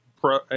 Pro